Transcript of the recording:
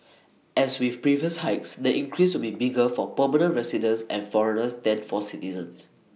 as with previous hikes the increase will be bigger for permanent residents and foreigners than for citizens